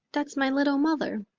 that's my little mother,